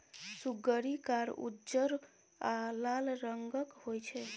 सुग्गरि कार, उज्जर आ लाल रंगक होइ छै